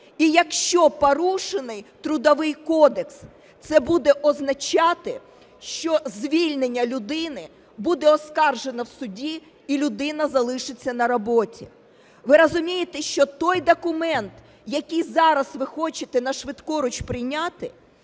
І якщо порушений Трудовий кодекс, це буде означати, що звільнення людини буде оскаржене в суді і людина залишиться на роботі. Ви розумієте, що той документ, який зараз ви хочете нашвидкуруч прийняти,